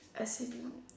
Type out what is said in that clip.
as in